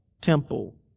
temple